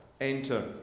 enter